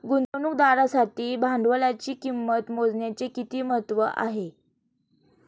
गुंतवणुकदारासाठी भांडवलाची किंमत मोजण्याचे किती महत्त्व आहे?